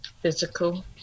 physical